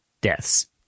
deaths